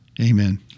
Amen